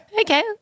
Okay